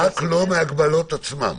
רק לא מההגבלות עצמן,